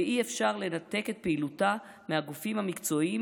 ואי-אפשר לנתק את פעילותה מהגופים המקצועיים